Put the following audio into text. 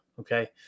Okay